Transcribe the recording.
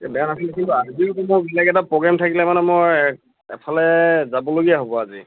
এই বেয়া নাছিল কিন্তু আজি মই বেলেগ এটা প্ৰগ্ৰেম থাকিলে মানে মই এফালে যাবলগীয়া হ'ব আজি